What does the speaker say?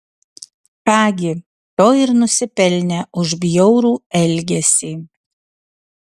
ką gi to ir nusipelnė už bjaurų elgesį